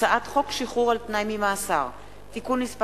הצעת חוק המועצות האזוריות (מועד בחירות כלליות) (תיקון מס'